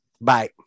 Bye